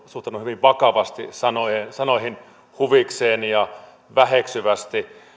hyvin vakavasti sanoihin huvikseen ja väheksyvästi